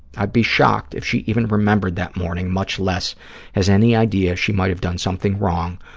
i'd be shocked if she even remembered that morning, much less has any idea she might have done something wrong,